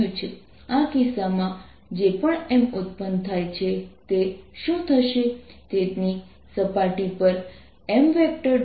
આ કિસ્સામાં જે પણ M ઉત્પન્ન થાય છે તે શું થશે તેની સપાટી પર M